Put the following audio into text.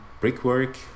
Brickwork